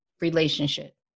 relationship